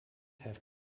have